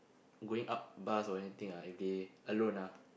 going up bus or anything if they alone